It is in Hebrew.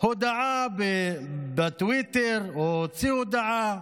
הודעה בטוויטר, או הוציא הודעה,